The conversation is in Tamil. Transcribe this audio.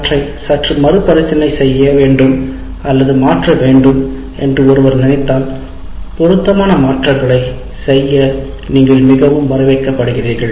அவற்றைi சற்று மறுபரிசீலனை செய்ய வேண்டும் அல்லது மாற்ற வேண்டும் என்று ஒருவர் நினைத்தால் பொருத்தமான மாற்றங்களைச் செய்ய நீங்கள் மிகவும் வரவேற்கப்படுகிறீர்கள்